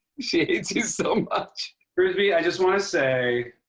she hates you so much. frisbee, i just want to say